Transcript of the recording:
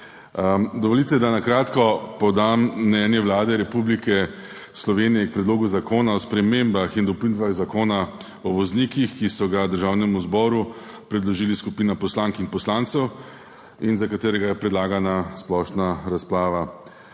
Dovolite, da na kratko podam mnenje Vlade Republike Slovenije o Predlogu zakona o spremembah in dopolnitvah Zakona o voznikih, ki ga je Državnemu zboru predložila skupina poslank in poslancev in za katerega je predlagana splošna razprava.